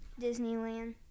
Disneyland